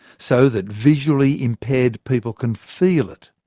so that visually impaired people can feel it.